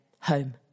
home